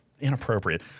inappropriate